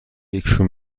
یکیشون